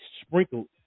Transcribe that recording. sprinkled